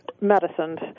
medicines